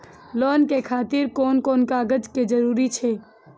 Loan के खातिर कोन कोन कागज के जरूरी छै?